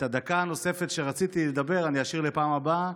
את הדקה הנוספת שבה רציתי לדבר אני אשאיר לפעם הבאה,